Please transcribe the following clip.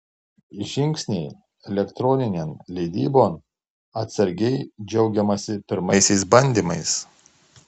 žingsniai elektroninėn leidybon atsargiai džiaugiamasi pirmaisiais bandymais